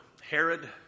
Herod